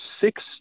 six